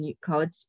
college